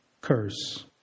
curse